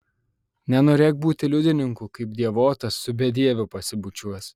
nenorėk būti liudininku kaip dievotas su bedieviu pasibučiuos